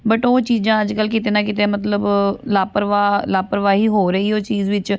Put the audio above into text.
but ਉਹ ਚੀਜ਼ਾਂ ਅੱਜ ਕੱਲ੍ਹ ਕਿਤੇ ਨਾ ਕਿਤੇ ਮਤਲਬ ਲਾਪਰਵਾਹ ਲਾਪਰਵਾਹੀ ਹੋ ਰਹੀ ਉਹ ਚੀਜ਼ ਵਿੱਚ